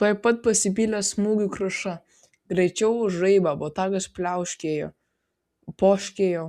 tuoj pat pasipylė smūgių kruša greičiau už žaibą botagas pliauškėjo poškėjo